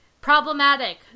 problematic